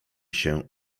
się